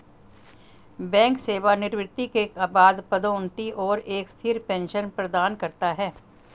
bank सेवानिवृत्ति के बाद पदोन्नति और एक स्थिर पेंशन प्रदान करता है